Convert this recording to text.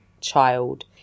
child